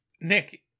Nick